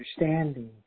understanding